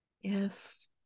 Yes